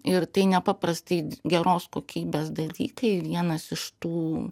ir tai nepaprastai geros kokybės dalykai ir vienas iš tų